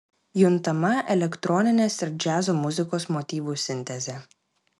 juntama elektroninės ir džiazo muzikos motyvų sintezė